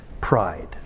pride